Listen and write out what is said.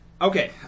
Okay